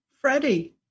Freddie